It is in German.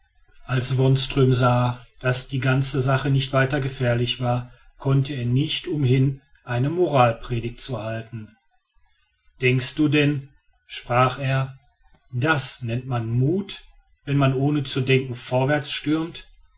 als wonström sah daß die ganze sache nicht weiter gefährlich war konnte er nicht umhin eine moralpredigt zu halten denkst du denn sprach er das nennt man mut wenn man ohne zu denken vorwärts stürmt